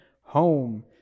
home